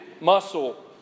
muscle